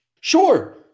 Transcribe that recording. Sure